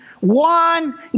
one